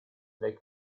dei